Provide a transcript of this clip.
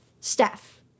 Steph